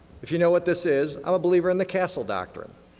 if you know what this is, i'm a believer in the castle doctrine.